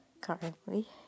currently